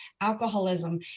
alcoholism